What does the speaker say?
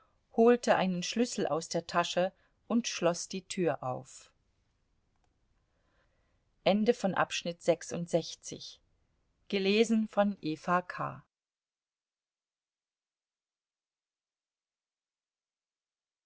holte einen schlüssel aus der tasche und schloß die tür auf